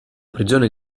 prigione